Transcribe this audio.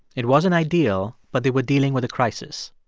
it wasn't ideal, but they were dealing with a crisis.